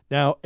Now